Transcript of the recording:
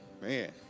man